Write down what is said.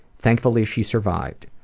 thankfully, she survived.